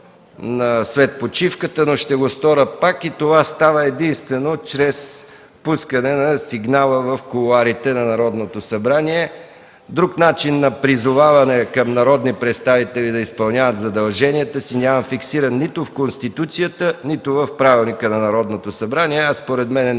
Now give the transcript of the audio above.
след почивката, но ще го направя пак. Това става единствено с пускане на сигнала в кулоарите на Народното събрание. Друг начин на призоваване към народни представители да изпълняват задълженията си няма фиксиран нито в Конституцията, нито в правилника на Народното събрание, а според не е